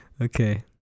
Okay